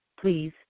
Please